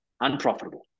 unprofitable